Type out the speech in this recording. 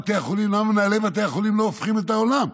למה מנהלי בתי החולים לא הופכים את העולם?